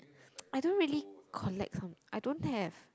I don't really collect some I don't have